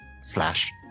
slash